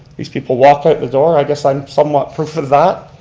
these people walk out the door, i guess i'm somewhat proof of that.